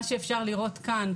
מה שאפשר לראות כאן,